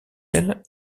elle